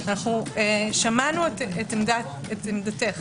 שמענו את עמדתך.